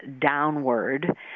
downward